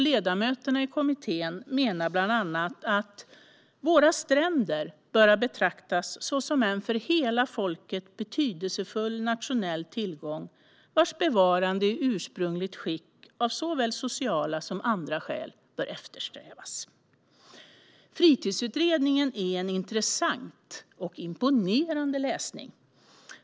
Ledamöterna i kommittén menade bland annat att "våra stränder böra betraktas såsom en för hela folket betydelsefull nationell tillgång, vars bevarande i ursprungligt skick av såväl sociala som andra skäl bör eftersträvas". Fritidsutredningen är intressant och imponerande läsning.